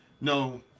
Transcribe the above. no